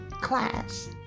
class